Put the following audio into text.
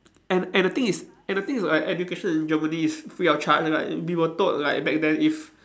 and and the thing is and the thing is like education in Germany is free of charge like we were told like back then if